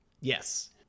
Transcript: Yes